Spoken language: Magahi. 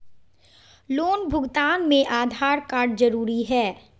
लोन भुगतान में आधार कार्ड जरूरी है?